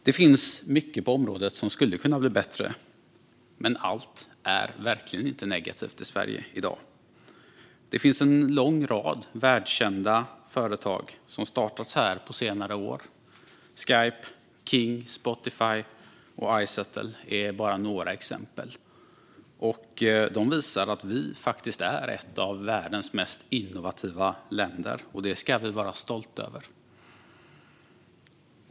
Det finns mycket på området som skulle kunna bli bättre. Men allt är verkligen inte negativt i Sverige i dag. Det finns en lång rad världskända företag som har startats här på senare år: Skype, King, Spotify och Izettle är bara några exempel. De visar att vi faktiskt är ett av världens mest innovativa länder. Det ska vi vara stolta över.